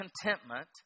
contentment